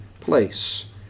place